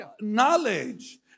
knowledge